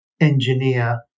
engineer